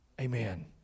Amen